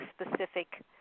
specific